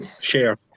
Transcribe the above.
Share